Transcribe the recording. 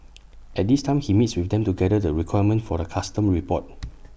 at this time he meets with them to gather the requirements for A custom report